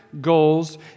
goals